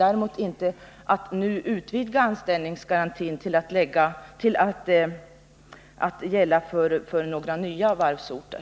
Däremot vill utskottet inte utvidga anställningsgarantin till att gälla nya varvsorter.